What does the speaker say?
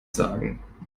sagen